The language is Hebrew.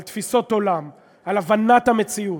על תפיסות עולם, על הבנת המציאות.